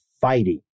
fighting